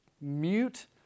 mute